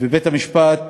ובית-המשפט